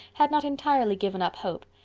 had not entirely given up hope,